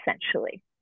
essentially